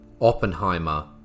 Oppenheimer